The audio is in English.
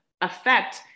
affect